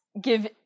give